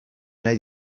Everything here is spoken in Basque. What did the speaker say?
nahi